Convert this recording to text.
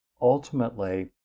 ultimately